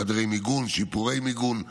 חדרי מיגון, שיפורי מיגון וכו'.